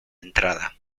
entrada